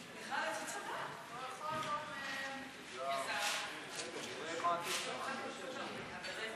חוק הביטוח הלאומי (תיקון מס' 190),